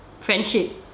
friendship